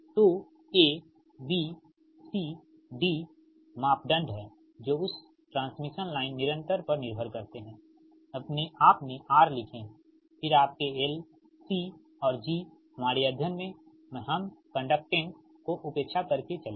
तो A B C D parameter हैं जो उस ट्रांसमिशन लाइन निरंतर पर निर्भर करते हैं अपने R लिखें फिर आपके L C और G हमारे अध्ययन मैं हम कंडक्टेंस को उपेक्षा की करके चलेंगे